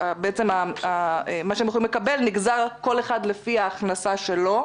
מה שהם יכולים לקבל נגזר כל אחד לפי ההכנסה שלו?